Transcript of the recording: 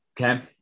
Okay